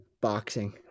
Boxing